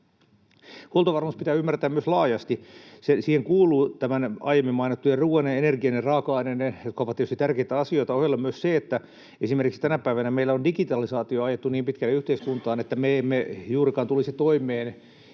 Huoltovarmuus pitää myös ymmärtää laajasti. Siihen kuuluu näiden aiemmin mainittujen — ruuan ja energian ja raaka-aineiden, jotka ovat tietysti tärkeitä asioita — ohella myös se, että esimerkiksi tänä päivänä meillä on digitalisaatio ajettu niin pitkälle yhteiskuntaan, että me emme juurikaan tulisi toimeen